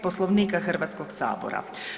Poslovnika Hrvatskog sabora.